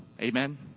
Amen